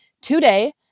today